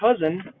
cousin